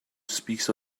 speaks